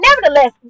nevertheless